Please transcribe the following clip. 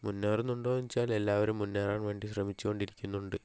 മുന്നേറുന്നുണ്ടോയെന്ന് വെച്ചാൽ എല്ലാവരും മുന്നേറാൻ വേണ്ടി ശ്രമിച്ചുകൊണ്ടിരിക്കുന്നുണ്ട്